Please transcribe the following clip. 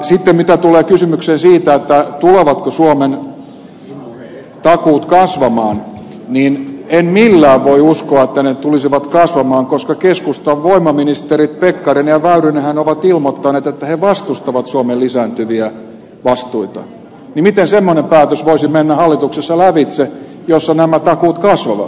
sitten mitä tulee kysymykseen siitä tulevatko suomen takuut kasvamaan niin en millään voi uskoa että ne tulisivat kasvamaan koska keskustan voimaministerit pekkarinen ja väyrynenhän ovat ilmoittaneet että he vastustavat suomen lisääntyviä vastuita joten miten semmoinen päätös voisi mennä hallituksessa lävitse jossa nämä takuut kasvavat